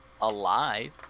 alive